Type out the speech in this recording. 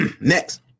next